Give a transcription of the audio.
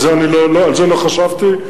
על זה לא חשבתי.